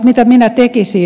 mitä minä tekisin